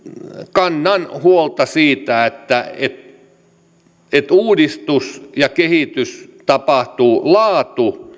kannan huolta siitä että uudistus ja kehitys tapahtuu laatu